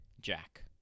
Jack